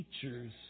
teachers